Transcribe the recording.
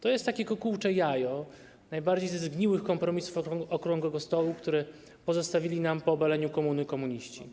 To jest takie kukułcze jajo, najbardziej zgniły ze zgniłych kompromisów okrągłego stołu, który pozostawili nam po obaleniu komuny komuniści.